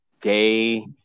day